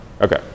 okay